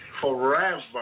Forever